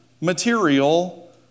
material